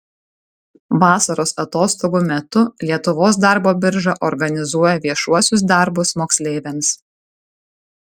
vasaros atostogų metu lietuvos darbo birža organizuoja viešuosius darbus moksleiviams